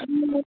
ए